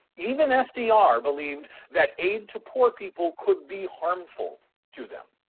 even ah fdr believed that aid to poor people could be harmful to them.